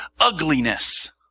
ugliness